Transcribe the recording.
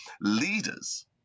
leaders